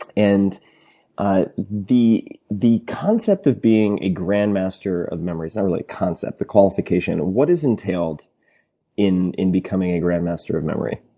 and ah the the concept of being a grandmaster of memory. it's not really concept the qualification. what is entailed in in becoming a grandmaster of memory?